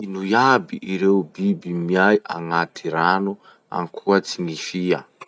Ino iaby ireo biby miay agnaty rano ankoatsy ny fia?